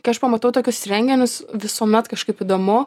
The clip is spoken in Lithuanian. kai aš pamatau tokius renginius visuomet kažkaip įdomu